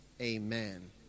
amen